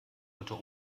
unter